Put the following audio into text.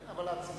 כן, אבל הציבור,